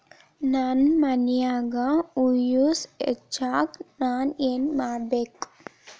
ನನ್ನ ಮಣ್ಣಿನ್ಯಾಗ್ ಹುಮ್ಯೂಸ್ ಹೆಚ್ಚಾಕ್ ನಾನ್ ಏನು ಮಾಡ್ಬೇಕ್?